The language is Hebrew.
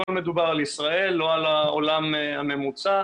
הכול מדובר על ישראל, לא על העולם הממוצע.